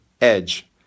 edge